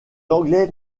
anglais